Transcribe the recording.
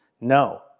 no